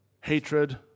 Hatred